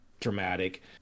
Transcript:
dramatic